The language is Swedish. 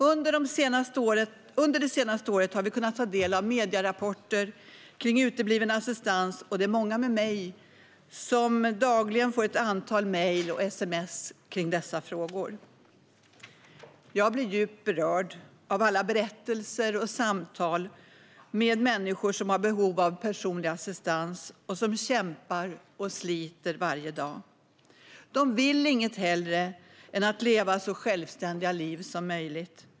Under det senaste året har vi kunnat ta del av medierapporter om utebliven assistans, och det är många med mig som dagligen får ett antal mejl och sms om dessa frågor. Jag blir djupt berörd av alla berättelser och samtal med människor som har behov av personlig assistans och som kämpar och sliter varje dag. De vill inget hellre än att leva så självständiga liv som möjligt.